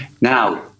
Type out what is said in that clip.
Now